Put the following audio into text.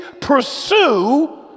pursue